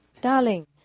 Darling